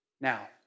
Now